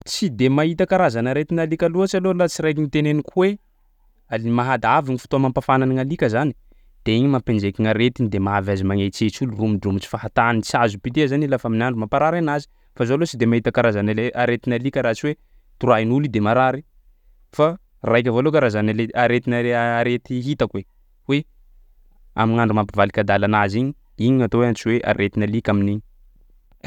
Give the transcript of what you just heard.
Tsy de mahita karazan'aretin'alika loatry laha tsy raiky niteneniko hoe al- mahadavy ny fotoa mampafana gny alika zany de igny mampienjeky gny aretiny de mahavy azy magnetsetsy olo, romodromotro fahatany tsy azo ipitiha zany i lafa amin'ny andro mampaharary anazy fa zaho aloha tsy de mahita karazana ale- aretin'alika raha tsy hoe toroahin'olo io de marary fa raiky avao aloha karazana ale- aretin- arety hitako e hoe amin'gn'andro mampivalika adala anazy igny, igny ny atao hoe antsoy hoe aretin'alika amin'igny.